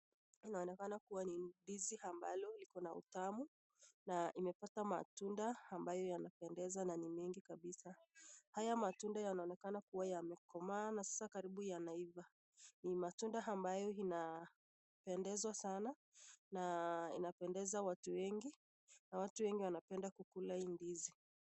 Inaonekana kuwa ni ndizi ambalo likona utamu na imepata matunda ambayo yanapendeza na ni mingi kabisa. Haya matunda yanaonekana kuwa yamekomaa na sasa karibu yanauzwa. Ni matunda ambayo zinapendeza sana na inapendeza watu wengi na watu wengi wanapenda kukula hii ndizi.